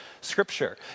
scripture